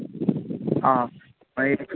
आं मागीर